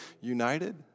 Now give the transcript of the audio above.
united